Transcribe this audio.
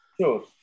sure